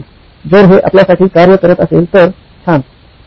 जर हे आपल्यासाठी कार्य करत असेल तर छान चांगले